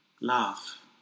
laugh